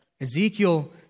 Ezekiel